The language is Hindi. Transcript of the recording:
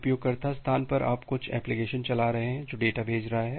उपयोगकर्ता स्थान पर आप कुछ एप्लिकेशन चला रहे हैं जो डेटा भेज रहा है